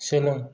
सोलों